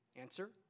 Answer